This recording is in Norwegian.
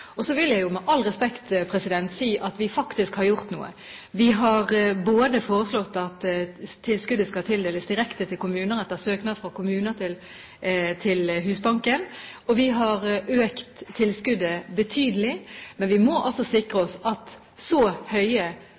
Så vil jeg med all respekt si at vi faktisk har gjort noe. Vi har både foreslått at tilskuddet skal tildeles direkte til kommunene etter søknad fra kommunene til Husbanken, og vi har økt tilskuddet betydelig. Men vi må sikre oss at så